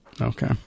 Okay